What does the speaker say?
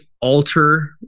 alter